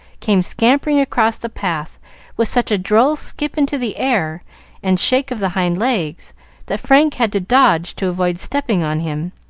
came scampering across the path with such a droll skip into the air and shake of the hind legs that frank had to dodge to avoid stepping on him,